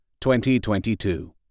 2022